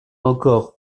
encore